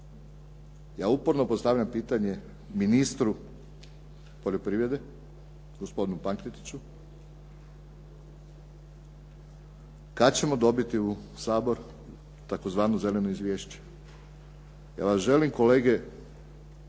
ja uporno postavljam pitanje ministru poljoprivrede gospodinu Pankretiću kad ćemo dobiti u Sabor tzv. zeleno izvješće. Ja vas želim kolegice